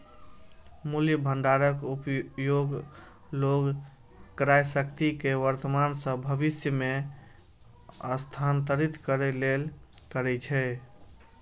मूल्य भंडारक उपयोग लोग क्रयशक्ति कें वर्तमान सं भविष्य मे स्थानांतरित करै लेल करै छै